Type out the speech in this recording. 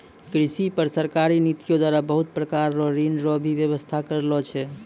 कृषि पर सरकारी नीतियो द्वारा बहुत प्रकार रो ऋण रो भी वेवस्था करलो छै